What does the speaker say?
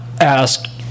ask